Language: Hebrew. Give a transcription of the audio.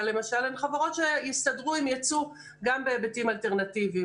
למשל הן חברות שיסתדרו עם יצוא גם בהיבטים אלטרנטיביים.